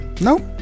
Nope